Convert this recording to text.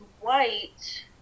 White